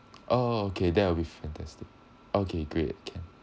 okay there'll be fantastic okay great can